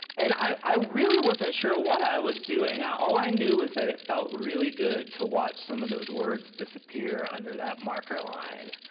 and i i really wasn't sure what i was doing. all i knew was that it felt really good to watch some of those words disappear under that marker line.